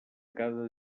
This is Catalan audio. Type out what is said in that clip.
cada